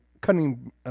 cutting